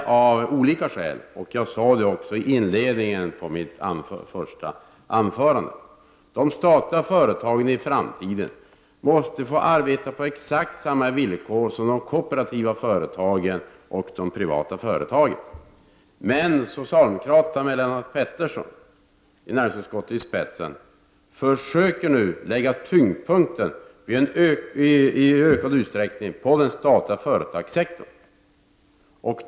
Jag nämnde detta inledningsvis i mitt huvudanförande. De statliga företagen måste i framtiden få arbeta på exakt samma villkor som kooperativa och privata företag. Men socialdemokraterna i näringsutskottet med Lennart Pettersson i spetsen försöker nu i ökad utsträckning lägga tyngdpunkten på den statliga företagssektorn.